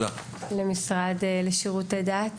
למשרד לשירותי דת,